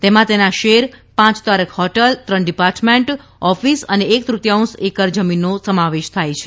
તેમાં તેના શેર પાંચ તારક હોટલ ત્રણ ડિપાર્ટમેન્ટ ઓફિસ અને એક તૃતિયાંશ એકર જમીનનો સમાવેશ થાય છે